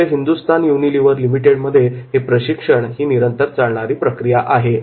त्यामुळे हिंदुस्थान युनिलिव्हर लिमिटेडमध्ये हे प्रशिक्षण ही निरंतर चालणारी प्रक्रिया आहे